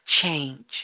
change